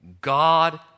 God